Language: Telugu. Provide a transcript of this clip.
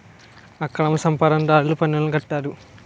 అక్రమ సంపాదన దారులు పన్నులను కట్టరు